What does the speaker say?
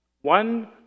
one